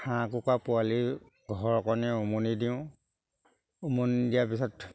হাঁহ কুকুৰা পোৱালি ঘৰকণে উমনি দিওঁ উমনি দিয়াৰ পিছত